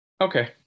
Okay